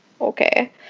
Okay